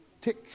tick